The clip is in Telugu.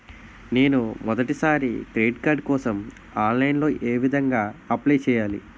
నేను మొదటిసారి క్రెడిట్ కార్డ్ కోసం ఆన్లైన్ లో ఏ విధంగా అప్లై చేయాలి?